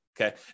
okay